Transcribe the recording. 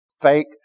fake